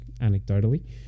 anecdotally